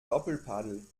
doppelpaddel